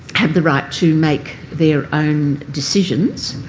have the right to make their own decisions,